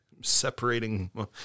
separating